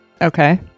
Okay